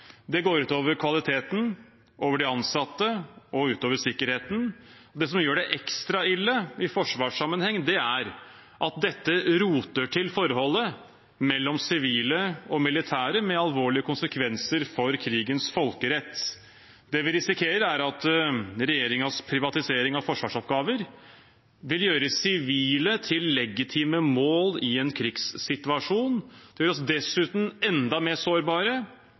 Det går ut over kvaliteten, de ansatte og sikkerheten, og det som gjør det ekstra ille i forsvarssammenheng, er at dette roter til forholdet mellom sivile og militære – med alvorlige konsekvenser for krigens folkerett. Det vi risikerer, er at regjeringens privatisering av forsvarsoppgaver vil gjøre sivile til legitime mål i en krigssituasjon. Det gjør oss dessuten enda mer sårbare